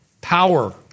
power